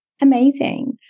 Amazing